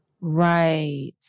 Right